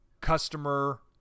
customer